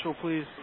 please